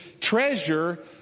treasure